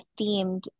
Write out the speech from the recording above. themed